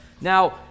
Now